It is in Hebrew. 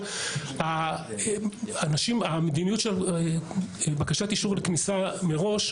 בקשת אישור לכניסה מראש,